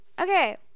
okay